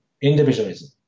individualism